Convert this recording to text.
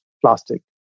Plastic